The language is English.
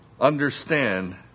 Understand